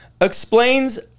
explains